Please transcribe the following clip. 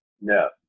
No